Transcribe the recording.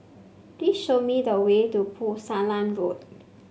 please show me the way to Pulasan Road